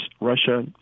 Russia